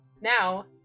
Now